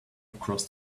across